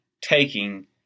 taking